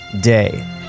day